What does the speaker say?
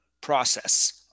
process